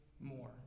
more